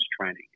training